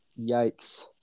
Yikes